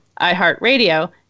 iHeartRadio